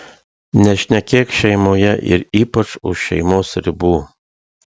nešnekėk šeimoje ir ypač už šeimos ribų